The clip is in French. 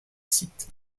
site